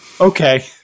Okay